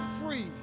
free